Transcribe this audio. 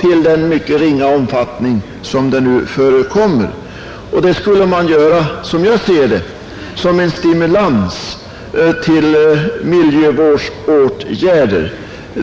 i den mycket ringa omfattning som det nu förekommer. Det skulle man göra, som jag ser det, såsom en stimulans till miljövårdsåtgärder.